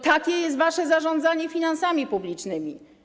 Takie jest wasze zarządzanie finansami publicznymi.